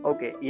Okay